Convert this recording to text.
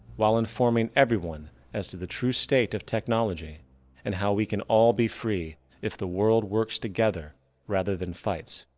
while informing everyone as to the true state of technology and how we can all be free if the world works together rather than fights.